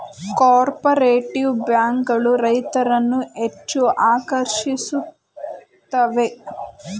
cooperative bank ಗಳು ರೈತರನ್ನು ಹೆಚ್ಚು ಆಕರ್ಷಿಸುತ್ತವೆ